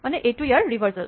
মানে এইটো ইয়াৰ ৰিভাৰছেল